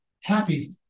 happy